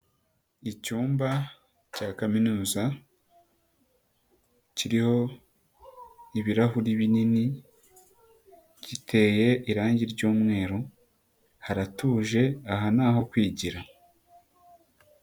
Icyumba cya kaminuza, kiriho ibirahuri binini, giteye irangi ry'umweru, haratuje, aha ni aho kwigira.